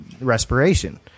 respiration